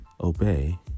obey